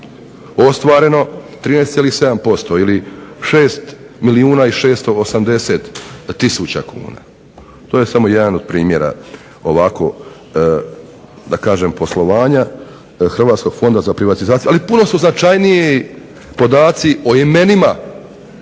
ostvareno 13,7% ili 6 milijuna i 680 tisuća kuna. To je samo jedan od primjera ovako da kažem poslovanja Hrvatskog fonda za privatizaciju. Ali, puno su značajniji podaci o imenima koja su